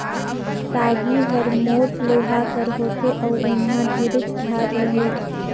टागी हर मोट लोहा कर होथे अउ ओमहा ढेरेच धार रहेल